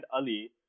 Ali